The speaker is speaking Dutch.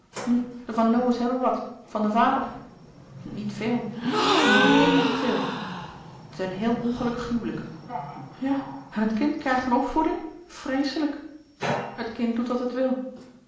de van lowe's hebben wat van den vader niet veel neen niet veel het is een heel ongelukkig huwelijk ja en het kind krijgt een opvoeding vreeselijk het kind doet wat het wil